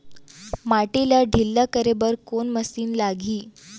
माटी ला ढिल्ला करे बर कोन मशीन लागही?